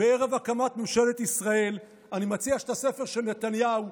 בערב הקמת ממשלת ישראל אני מציע שאת הספר של נתניהו,